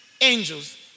angels